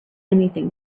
anything